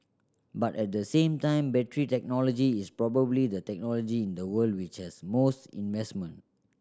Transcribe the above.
but at the same time battery technology is probably the technology in the world which has most investment